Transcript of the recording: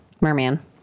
merman